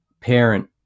parent